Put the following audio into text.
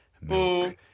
milk